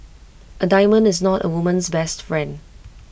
A diamond is not A woman's best friend